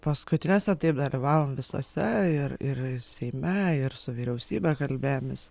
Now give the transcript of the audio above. paskutinese taip dalyvavom visose ir ir seime ir su vyriausybe kalbėjomės